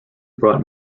brought